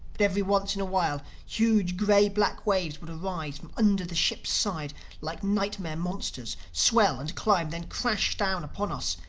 but every once in a while huge gray-black waves would arise from under the ship's side like nightmare monsters, swell and climb, then crash down upon us,